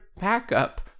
backup